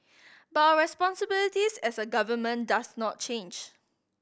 but our responsibilities as a government does not change